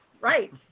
Right